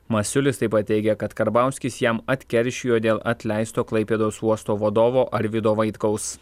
masiulis taip pat teigia kad karbauskis jam atkeršijo dėl atleisto klaipėdos uosto vadovo arvydo vaitkaus